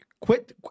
Quit